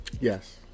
Yes